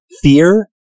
fear